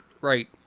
right